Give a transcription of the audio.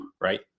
right